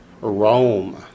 Rome